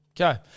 Okay